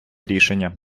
рішення